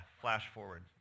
flash-forward